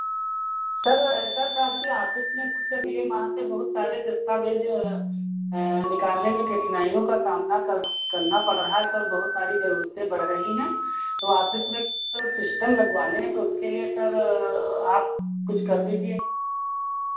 sir ऐसा था कि ऑफिस में कुछ नाम से बहुत सारे दस्तावेज निकालने में कठिनाइयों का सामना करना करना पड़ रहा है सर बहुत सारी ज़रूरतें बढ़ रही हैं वो ऑफिस में तो सिस्टम लगवाने हैं तो उसके लिए सर आप कुछ कर दीजिए